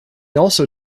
also